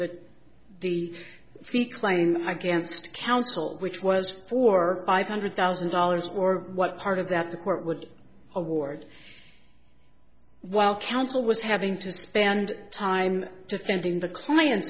to the fee claim against counsel which was for five hundred thousand dollars or what part of that the court would award while counsel was having to spend time defending the client